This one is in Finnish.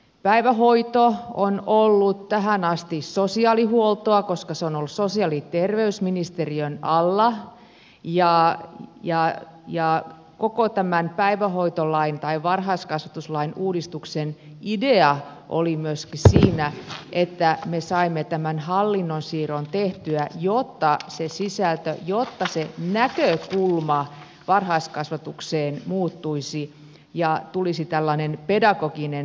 päivähoito on ollut tähän asti sosiaalihuoltoa koska se on ollut sosiaali ja terveysministeriön alla ja koko tämän päivähoitolain varhaiskasvatuslain uudistuksen idea oli myöskin siinä että me saimme tämän hallinnon siirron tehtyä jotta se sisältö jotta se näkökulma varhaiskasvatukseen muuttuisi ja tulisi tällainen pedagoginen ulottuvuus